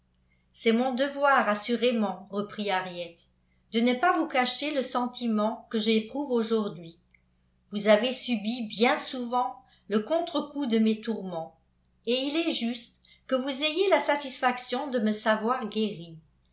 c'est mon devoir assurément reprit henriette de ne pas vous cacher le sentiment que j'éprouve aujourd'hui vous avez subi bien souvent le contre-coup de mes tourments et il est juste que vous ayez la satisfaction de me savoir guérie